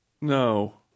No